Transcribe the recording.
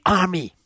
army